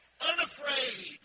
unafraid